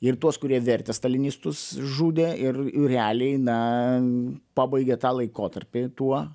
ir tuos kurie vertė stalinistus žudė ir realiai na pabaigė tą laikotarpį tuo